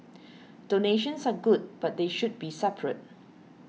donations are good but they should be separate